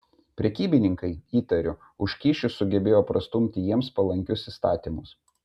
prekybininkai įtariu už kyšius sugebėjo prastumti jiems palankius įstatymus